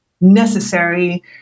necessary